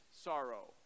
sorrow